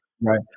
Right